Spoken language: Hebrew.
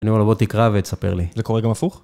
אני אומר לו, בוא תקרא ותספר לי. זה קורה גם הפוך?